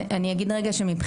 אני אומר שמבחינתנו,